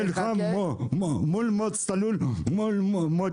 נלחם מול מועצת הלול, מול מוטי.